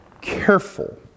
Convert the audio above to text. careful